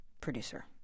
producer